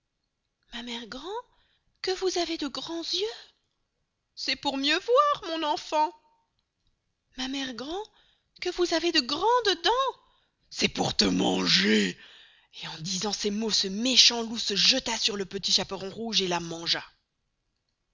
ma mere grand que vous avez de grands yeux c'est pour mieux voir mon enfant ma mere grand que vous avez de grandes dens c'est pour te manger et en disant ces mots ce méchant loup se jetta sur le petit chaperon rouge et la mangea